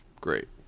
great